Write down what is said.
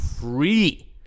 free